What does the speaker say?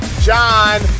John